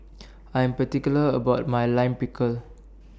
I'm particular about My Lime Pickle